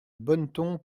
bonneton